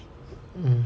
mm